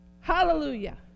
Hallelujah